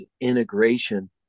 integration